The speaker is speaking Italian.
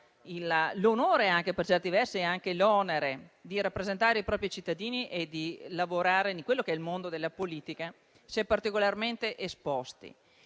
versi, anche l'onere di rappresentare i propri cittadini e di lavorare nel mondo della politica, è particolarmente esposto.